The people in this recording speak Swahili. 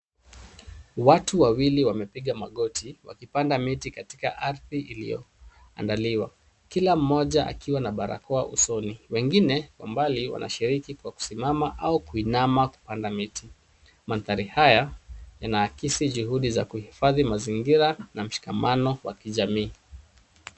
Watu wawili wamepiga magoti wakipanda miti katika ardhi iliyoandaliwa, kila mmoja akiwa na barakoa usoni. Wengine kwa mbali wanashiriki kwa kusimama au kuinama kupanda miti. Mandhari haya yanaakisi juhudi za kuhifadhi mazingira na mshikamano wa kijamii.